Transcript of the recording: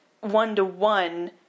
one-to-one